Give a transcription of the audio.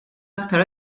aktar